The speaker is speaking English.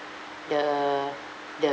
the the